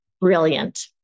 brilliant